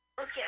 Okay